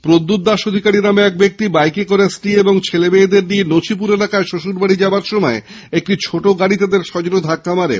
প্রদ্যুত দাস অধিকারী নামে এক ব্যক্তি বাইকে করে স্ত্রী ও ছেলেমেয়েদের নিয়ে নছিপুর এলাকায় শশুরবাড়ী যাওয়ার সময় একটি ছোট গাড়ী তাদের সজোরে ধাক্কা মারে